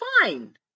fine